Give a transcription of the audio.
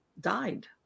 died